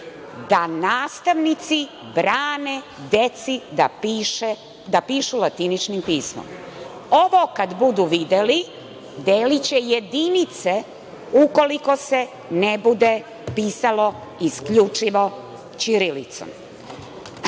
da nastavnici brane deci da pišu latiničnim pismom. Ovo kad budu videli, deliće jedinice ukoliko se ne bude pisalo isključivo ćirilicom. Druga